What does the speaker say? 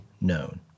known